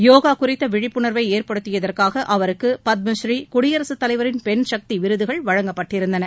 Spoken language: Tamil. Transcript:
யோகா குறித்த விழிப்புணர்வை ஏற்படுத்தியதற்காக அவருக்கு பத்மஸ்ரீ குடியரசுத் தலைவரின் பெண் சக்தி விருதுகள் வழங்கப்பட்டிருந்தன